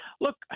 Look